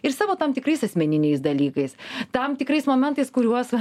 ir savo tam tikrais asmeniniais dalykais tam tikrais momentais kuriuos